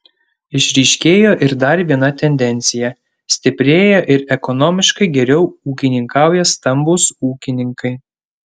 išryškėjo ir dar viena tendencija stiprėja ir ekonomiškai geriau ūkininkauja stambūs ūkininkai